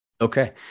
Okay